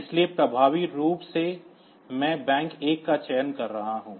इसलिए प्रभावी रूप से मैं बैंक 1 का चयन कर रहा हूं